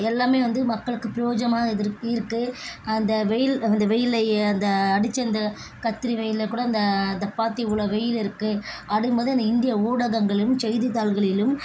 எல்லாமே வந்து மக்களுக்கு பிரயோஜனமாகதான் அது இருக்குது இருக்குது அந்த வெயில் அந்த வெயில்லயே அந்த அடித்த அந்த கத்திரி வெயில்லகூட அந்த அதை பார்த்தி இவ்வளோ வெயில் இருக்குது அப்படிங்கம்போது இந்த இந்திய ஊடகங்களிலும் செய்தித்தாள்களிலும்